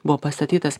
buvo pastatytas